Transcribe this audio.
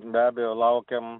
be abejo laukėm